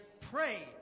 pray